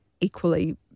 equally